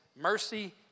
mercy